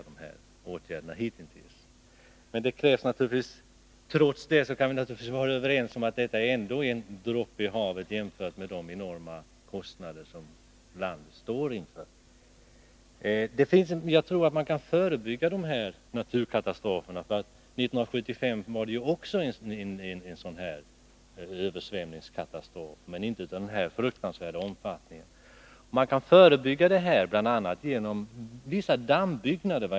De åtgärder som hitintills vidtagits bör man notera. Ändå kan vi naturligtvis vara överens om att detta är en droppe i havet, jämfört med de enorma utgifter som landet står inför. Jag tror att man kan förebygga naturkatastrofer. Också år 1975 inträffade en översvämningskatastrof, men inte av den här fruktansvärda omfattningen. Man kan, såvitt jag förstår, förebygga katastrofer av detta slag genom att uppföra vissa dammbyggnader.